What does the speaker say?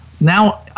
now